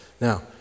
now